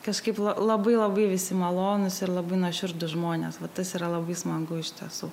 kažkaip labai labai visi malonūs ir labai nuoširdūs žmonės va tas yra labai smagu iš tiesų